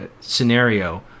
scenario